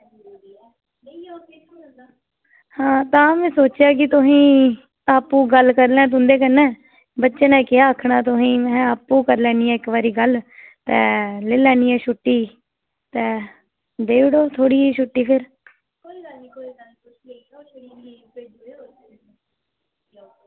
तां में सोचेआ तुसें ई आपूं गल्ल करी लें तुंदे कन्नै बच्चे नै केह् आक्खना तुसें ई में हा आपूं गै करी लैनी आं गल्ल लेई लैनी आं छुट्टी ते देई ओड़ो थोह्ड़ी जेही छुट्टी फिर